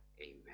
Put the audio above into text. Amen